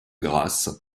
grâce